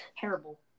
Terrible